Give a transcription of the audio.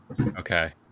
Okay